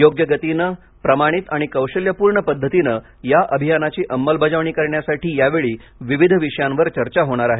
योग्य गतीनं प्रमाणित आणि कौशल्यपूर्वक पद्धतीने या अभियानाची अंमलबजावणी करण्यासाठी यावेळी विविध विषयांवर चर्चा होणार आहे